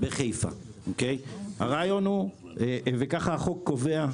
כך החוק קובע.